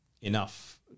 enough